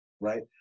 right